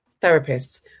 therapists